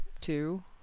Two